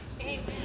Amen